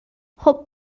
خوب